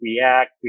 React